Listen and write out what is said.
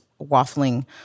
waffling